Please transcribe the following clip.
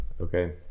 Okay